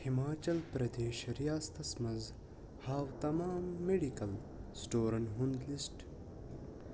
ہِماچل پرٛدیش ریاستس منٛز ہاو تمام میٚڈِکل سِٹورَن ہُنٛد لِسٹہٕ